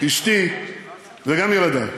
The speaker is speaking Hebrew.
אשתי וגם ילדי,